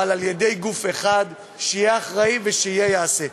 אבל על-ידי גוף שיהיה אחראי ושיעשה.